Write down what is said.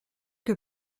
que